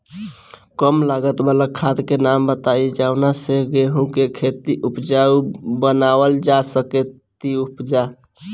कम लागत वाला खाद के नाम बताई जवना से गेहूं के खेती उपजाऊ बनावल जा सके ती उपजा?